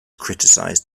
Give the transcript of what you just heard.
criticized